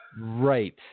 Right